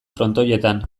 frontoietan